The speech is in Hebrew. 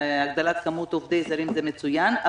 הגדלת כמות עובדים זרים זה מצוין,